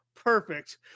Perfect